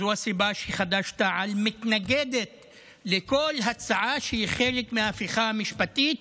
זו הסיבה שחד"ש-תע"ל מתנגדת לכל הצעה שהיא חלק מההפיכה המשפטית,